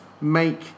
make